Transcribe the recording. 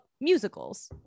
musicals